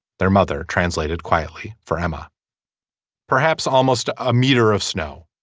their mother translated quietly for emma perhaps almost a metre of snow.